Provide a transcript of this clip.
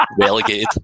Relegated